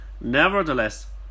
nevertheless